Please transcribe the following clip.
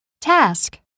Task